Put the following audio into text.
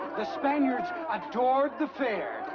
the spaniards adored the fare,